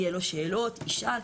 יהיה לו שאלות, ישאל.